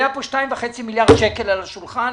היו כאן 2.5 מיליארד שקלים על השולחן,